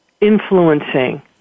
influencing